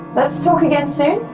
but so again soon